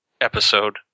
episode